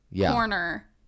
corner